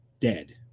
dead